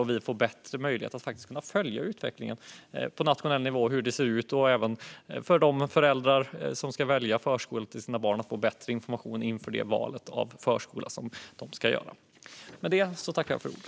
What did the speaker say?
Vi skulle få bättre möjlighet att på nationell nivå följa utvecklingen och se hur det ser ut. Även de föräldrar som ska välja förskola till sina barn skulle kunna få bättre information inför det valet.